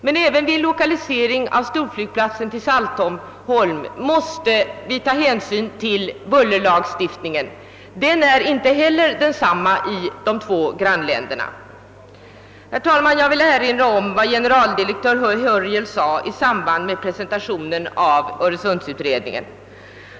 Men även vid en lokalisering av storflygplatsen till Saltholm måste vi ta hänsyn till bullerlagstiftningen. Denna lagstiftning är inte heller likadan i de två grannländerna. Herr talman! Jag vill erinra om vad generaldirektör Hörjel sade i samband med presentationen av öresundsutredningen.